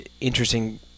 interesting